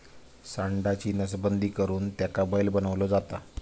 सांडाची नसबंदी करुन त्याका बैल बनवलो जाता